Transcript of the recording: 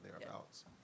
thereabouts